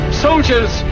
soldiers